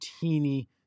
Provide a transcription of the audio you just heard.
teeny